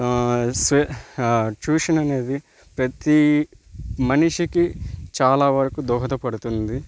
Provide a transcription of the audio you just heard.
స్వే ట్యూషన్ అనేది ప్రతి మనిషికి చాలా వరకు దోహదపడుతుంది